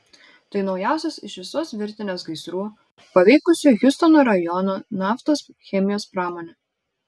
tai naujausias iš visos virtinės gaisrų paveikusių hjustono rajono naftos chemijos pramonę